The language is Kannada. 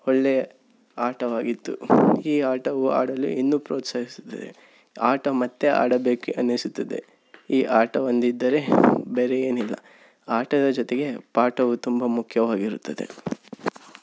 ಒಳ್ಳೆಯ ಆಟವಾಗಿತ್ತು ಈ ಆಟವು ಆಡಲು ಇನ್ನೂ ಪ್ರೋತ್ಸಾಹಿಸುತ್ತದೆ ಆಟ ಮತ್ತೆ ಆಡಬೇಕು ಎನಿಸುತ್ತದೆ ಈ ಆಟವೊಂದಿದ್ದರೆ ಬೇರೆ ಏನಿಲ್ಲ ಆಟದ ಜೊತೆಗೆ ಪಾಠವು ತುಂಬ ಮುಖ್ಯವಾಗಿರುತ್ತದೆ